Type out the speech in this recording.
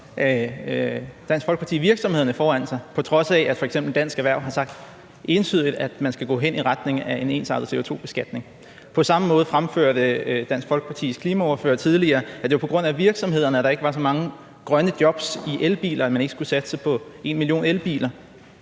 Dansk Folkeparti virksomhederne foran sig, på trods af at f.eks. Dansk Erhverv entydigt har sagt, at man skal gå i retning af en ensartet CO2-beskatning. På samme måde fremførte Dansk Folkepartis klimaordfører tidligere, at det var af hensyn til virksomhederne, at man ikke skulle satse på at få en million elbiler,